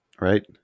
right